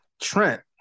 Trent